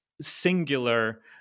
singular